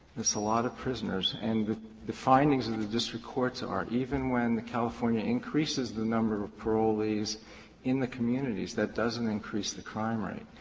that's a lot of prisoners and the findings of the district courts are, even when the california increases the number of parolees in the communities, that doesn't increase the crime rate.